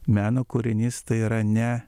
meno kūrinys tai yra ne